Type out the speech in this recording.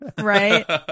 Right